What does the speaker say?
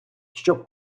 щоб